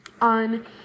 on